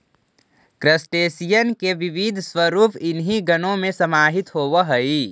crustacean के विविध स्वरूप इन्हीं गणों में समाहित होवअ हई